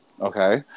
Okay